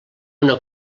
una